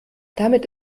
damit